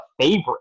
favorite